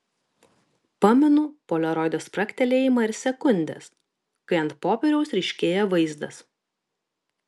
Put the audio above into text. pamenu poliaroido spragtelėjimą ir sekundes kai ant popieriaus ryškėja vaizdas